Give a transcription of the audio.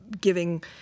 giving